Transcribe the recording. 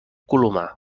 colomar